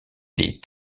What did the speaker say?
des